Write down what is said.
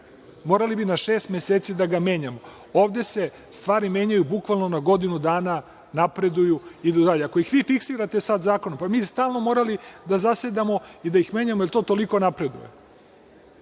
Morali bi na šest meseci da ga menjamo. Ovde se stvari menjaju bukvalno na godinu dana, napreduju i idu dalje. Ako ih vi fiksirate sada zakon, mi bi stalno morali da zasedamo i da ih menjamo jer to toliko napreduje.